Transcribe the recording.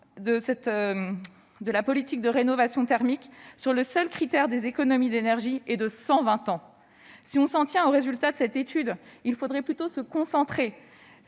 de la politique de rénovation thermique sur le seul critère des économies d'énergie est de cent vingt ans ! Si l'on s'en tient aux résultats de cette étude, il faudrait plutôt concentrer